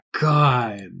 god